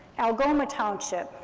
algoma township,